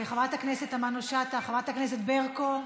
חברת הכנסת תמנו-שטה, חברת הכנסת ברקו,